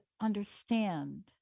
understand